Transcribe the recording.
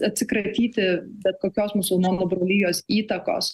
atsikratyti bet kokios musulmonų brolijos įtakos